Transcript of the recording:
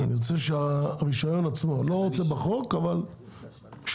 אני רוצה שהרישיון עצמו, לא בחוק, אבל שהרישיון.